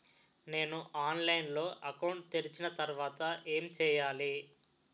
నేను ఆన్లైన్ లో అకౌంట్ తెరిచిన తర్వాత ఏం చేయాలి?